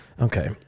Okay